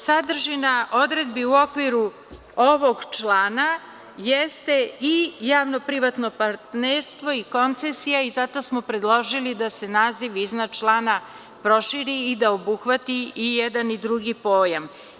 Sadržina odredbi u okviru ovog člana jeste i javno privatno partnerstvo i koncesija i zato smo predložili da se naziv iznad člana proširi i da obuhvati i jedan i drugi pojam.